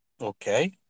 Okay